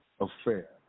affair